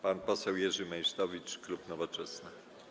Pan poseł Jerzy Meysztowicz, klub Nowoczesna.